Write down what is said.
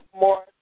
More